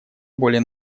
более